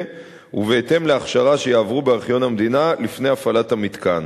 ובהתאם להכשרה שיעברו בארכיון המדינה לפני הפעלת המתקן.